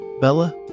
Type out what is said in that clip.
Bella